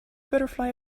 butterfly